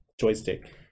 joystick